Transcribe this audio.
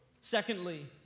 Secondly